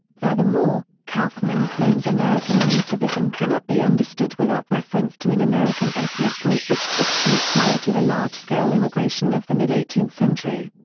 furthermore, kauffman claims american nativism cannot be understood without reference to an american ethnic group which took shape prior to the large-scale immigration of the mid-eighteenth century.